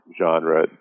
genre